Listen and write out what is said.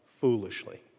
foolishly